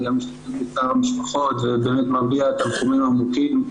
אני גם משתתף בצער המשפחות ומביע את תנחומינו העמוקים,